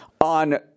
on